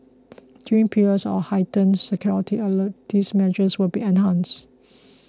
during periods of heightened security alert these measures will be announced